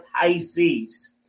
Pisces